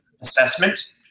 assessment